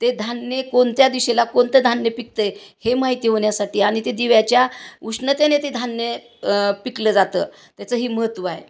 ते धान्य कोणत्या दिशेला कोणतं धान्य पिकत आहे हे माहिती होण्यासाठी आणि ते दिव्याच्या उष्णतेने ते धान्य पिकलं जातं त्याचं ही महत्त्व आहे